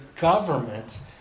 government